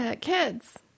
Kids